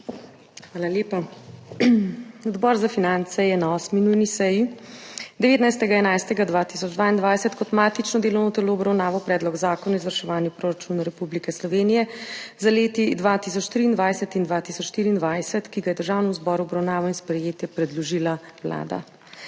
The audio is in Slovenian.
Hvala lepa. Odbor za finance je na 8. nujni seji 19. 11. 2022 kot matično delovno telo obravnaval Predlog zakona o izvrševanju proračunov Republike Slovenije za leti 2023 in 2024, ki ga je Državnemu zboru v obravnavo in sprejetje predložila Vlada.